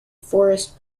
forest